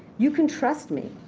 you can trust me.